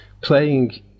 playing